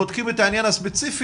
בודקים את העניין הספציפי.